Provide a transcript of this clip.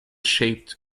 shaped